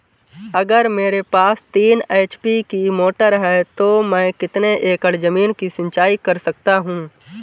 अगर मेरे पास तीन एच.पी की मोटर है तो मैं कितने एकड़ ज़मीन की सिंचाई कर सकता हूँ?